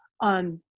on